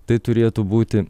tai turėtų būti